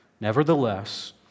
Nevertheless